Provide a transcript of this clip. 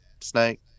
snake